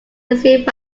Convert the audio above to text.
receive